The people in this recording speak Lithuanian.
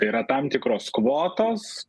tai yra tam tikros kvotos